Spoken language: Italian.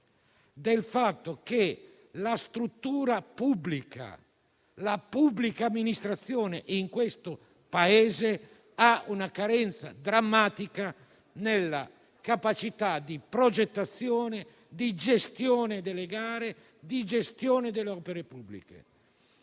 del fatto che la struttura pubblica, la pubblica amministrazione nel nostro Paese, mostra una carenza drammatica nella capacità di progettazione, di gestione delle gare e delle opere pubbliche.